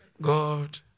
God